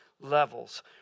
levels